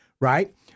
right